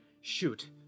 Shoot